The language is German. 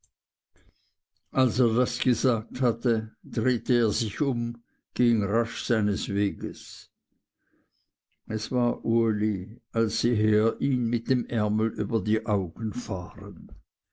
er das gesagt hatte drehte er sich um ging rasch seines weges es war uli als sehe er ihn mit dem ärmel über die augen fahren